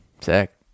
Sick